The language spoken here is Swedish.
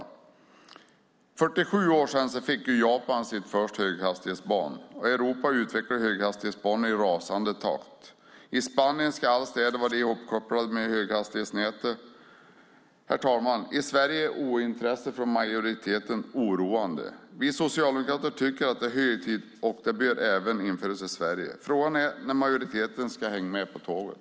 För 47 år sedan fick Japan sin första höghastighetsbana. I Europa utvecklas höghastighetsbanor i en rasande takt. I Spanien ska alla städer bli uppkopplade till höghastighetsnätet. Herr talman! I Sverige är majoritetens ointresse oroande. Vi socialdemokrater tycker att det är hög tid för höghastighetsbanor även i Sverige. Frågan är när majoriteten kommer att hänga med på tåget.